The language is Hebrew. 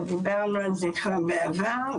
דיברנו על זה בעבר,